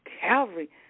Calvary